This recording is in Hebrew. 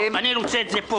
אני רוצה את זה פה.